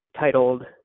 titled